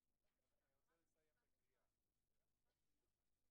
המשלים הזה.